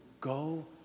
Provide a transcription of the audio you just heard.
Go